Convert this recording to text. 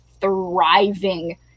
thriving